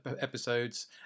episodes